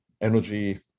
energy